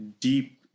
deep